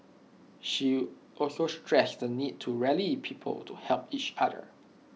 she also stressed the need to rally people to help each other